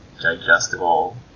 digestible